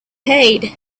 paid